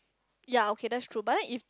yea okay that's true but then if